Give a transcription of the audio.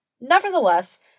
Nevertheless